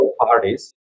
parties